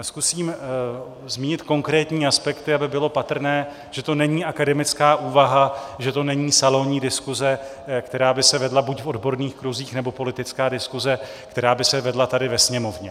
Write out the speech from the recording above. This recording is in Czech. Zkusím zmínit konkrétní aspekty, aby bylo patrné, že to není akademická úvaha, že to není salonní diskuse, která by se vedla buď v odborných kruzích, nebo politická diskuse, která by se vedla tady ve Sněmovně.